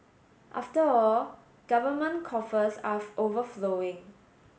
after all government coffers are overflowing